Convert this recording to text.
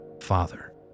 Father